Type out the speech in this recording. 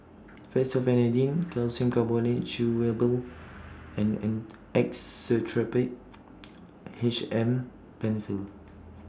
Fexofenadine Calcium Carbonate Chewable and Actrapid H M PenFill